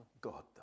God